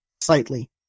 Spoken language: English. slightly